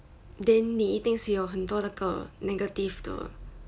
then 你一定是有很多那个 negative 的